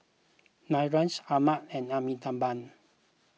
Niraj Anand and Amitabh